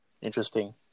Interesting